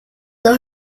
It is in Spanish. dos